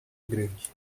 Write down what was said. grande